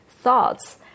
thoughts